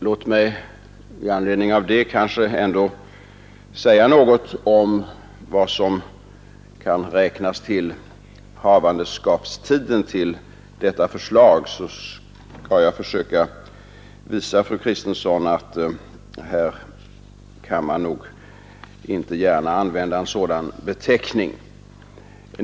Låt mig med anledning av detta säga något om vad som kan räknas till havandeskapstiden för detta förslag, så skall jag försöka visa fru Kristensson att man inte gärna kan använda en sådan beteckning här.